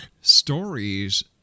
stories